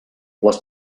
les